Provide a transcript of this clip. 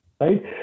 right